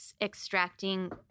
extracting